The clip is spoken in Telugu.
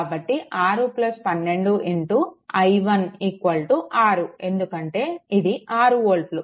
కాబట్టి 6 12 i1 6 ఎందుకంటే ఇది 6 వోల్ట్లు